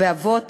באבות,